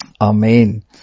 Amen